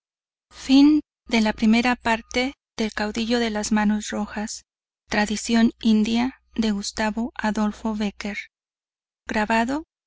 guantelete de piedra el caudillo de las manos rojas tradición india de gustavo adolfo bécquer